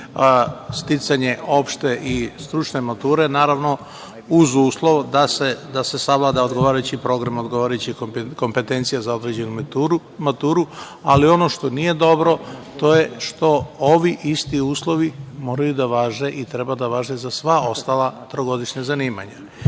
sticanje opšte i stručne mature, naravno, uz uslov da se savlada odgovarajući program i odgovarajuće kompetencije za određenu maturu. Ali, ono što nije dobro, to je što ovi isti uslovi moraju da važe i treba da važe za sva ostala trogodišnja zanimanja. Mi